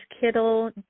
Kittle